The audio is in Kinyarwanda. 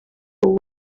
ubu